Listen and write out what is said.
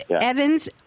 Evans